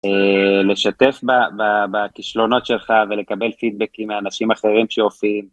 לשתף בכשלונות שלך ולקבל פידבקים מאנשים אחרים שעושים.